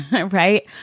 right